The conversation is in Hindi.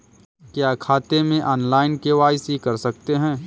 क्या खाते में ऑनलाइन के.वाई.सी कर सकते हैं?